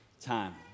time